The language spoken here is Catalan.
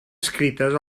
escrites